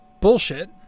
Bullshit